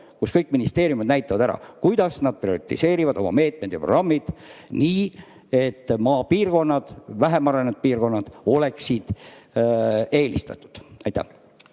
kus kõik ministeeriumid näitavad ära, kuidas nad prioriseerivad oma meetmed ja programmid nii, et maapiirkonnad, vähem arenenud piirkonnad oleksid eelistatud. Aitäh,